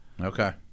Okay